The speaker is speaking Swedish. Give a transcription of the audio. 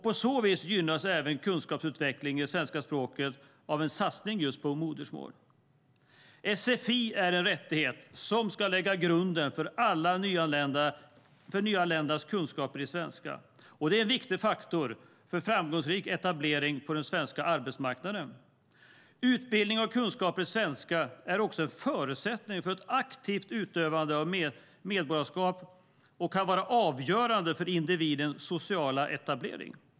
På så vis gynnas även kunskapsutvecklingen i det svenska språket av en satsning på modersmål. Sfi är en rättighet som ska lägga grunden för alla nyanländas kunskaper i svenska. Det är en viktig faktor för framgångsrik etablering på den svenska arbetsmarknaden. Utbildning och kunskaper i svenska är också en förutsättning för ett aktivt utövande av medborgarskap och kan vara avgörande för individens sociala etablering.